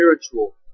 spiritual